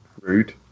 Rude